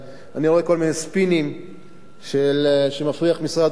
אני רואה כל מיני ספינים שמפריח משרד האוצר